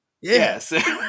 Yes